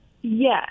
Yes